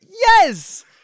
Yes